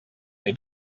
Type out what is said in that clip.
they